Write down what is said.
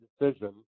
decision